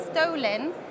stolen